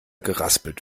geraspelt